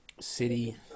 City